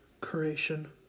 creation